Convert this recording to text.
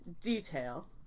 detail